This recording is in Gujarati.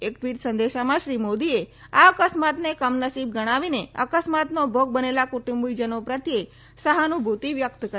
એક ટ્વીટ સંદેશમાં શ્રી મોદીએ આ અકસ્માતને કમનસીબ ગણાવીને અકસ્માતનો ભોગ બનેલા કુટુબિજનો પ્રત્યે સહાનુભૂતિ વ્યક્ત કરી છે